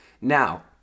Now